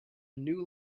new